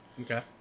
Okay